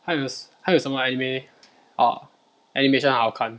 还有还有什么 anime err animation 好看